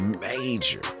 major